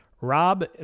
Rob